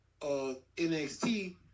NXT